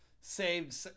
saved